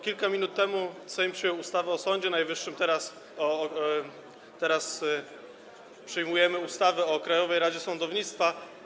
Kilka minut temu Sejm przyjął ustawę o Sądzie Najwyższym, teraz przyjmujemy ustawę o Krajowej Radzie Sądownictwa.